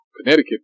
Connecticut